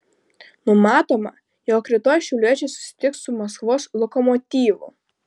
numatoma jog rytoj šiauliečiai susitiks su maskvos lokomotyvu